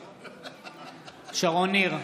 נגד שרון ניר,